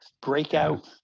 Breakout